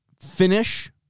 finish